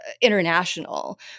international